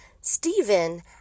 Stephen